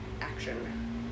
action